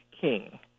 king